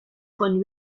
von